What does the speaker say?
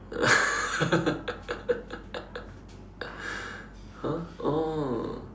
!huh! oh